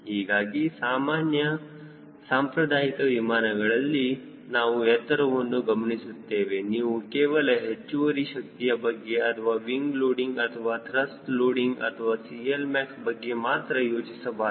ಹೀಗಾಗಿ ಸಾಮಾನ್ಯ ಸಾಂಪ್ರದಾಯಿಕ ವಿಮಾನಗಳಲ್ಲಿ ನಾವು ಎತ್ತರವನ್ನು ಗಮನಿಸುತ್ತೇವೆ ನೀವು ಕೇವಲ ಹೆಚ್ಚುವರಿ ಶಕ್ತಿಯ ಬಗ್ಗೆ ಅಥವಾ ವಿಂಗ್ ಲೋಡಿಂಗ್ ಅಥವಾ ತ್ರಸ್ಟ್ ಲೋಡಿಂಗ್ ಅಥವಾ CLmax ಬಗ್ಗೆ ಮಾತ್ರ ಯೋಚಿಸಬಾರದು